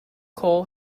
coal